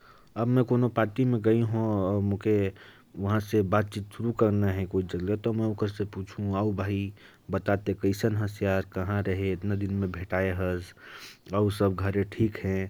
अब, अगर मैं किसी पार्टी में गया हो और वहां बातचीत शुरू करनी हो, तो मैं कहूं,"और भाई, यार, बताओ, कई दिनों के बाद मिले हैं, घर सब ठीक है,